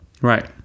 Right